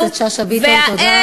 חברת הכנסת שאשא ביטון, תודה.